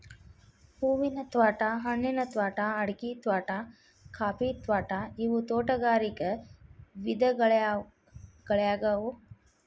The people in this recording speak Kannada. ಹೂವಿನ ತ್ವಾಟಾ, ಹಣ್ಣಿನ ತ್ವಾಟಾ, ಅಡಿಕಿ ತ್ವಾಟಾ, ಕಾಫಿ ತ್ವಾಟಾ ಇವು ತೋಟಗಾರಿಕ ವಿಧಗಳ್ಯಾಗ್ಯವು